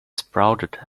sprouted